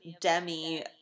Demi